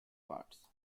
parts